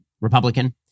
Republican